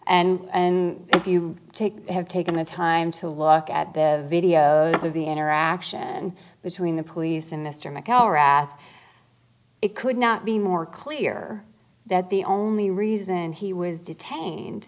and and if you take have taken the time to look at the videos of the interaction between the police and mr mcgowan raff it could not be more clear that the only reason he was detained